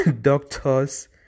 doctors